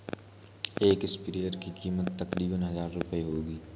एक स्प्रेयर की कीमत तकरीबन हजार रूपए होगी